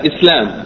Islam